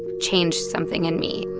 changed something in me.